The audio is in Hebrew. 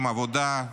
עבודה,